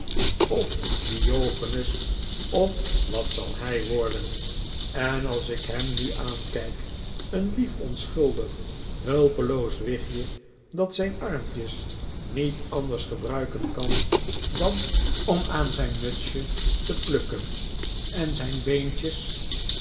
of diogenes of wat zal hij worden en als ik hem nu aankijk een lief onschuldig hulpeloos wichtje dat zijn armpjes niet anders gebruiken kan dan om aan zijn mutsje te plukken en zijn beentjes